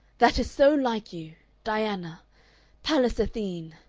that is so like you, diana pallas athene!